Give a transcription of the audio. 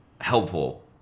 helpful